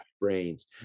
brains